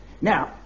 Now